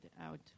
out